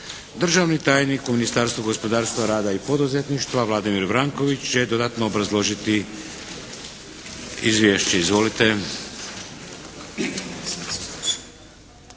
Državni tajnik u Ministarstvu gospodarstva, rada i poduzetništva Vladimir Vranković će dodatno obrazložiti izvješće. Izvolite.